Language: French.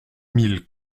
mille